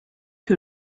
que